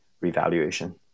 revaluation